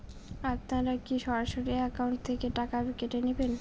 আপনারা কী সরাসরি একাউন্ট থেকে টাকা কেটে নেবেন?